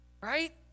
right